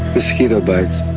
mosquito bites.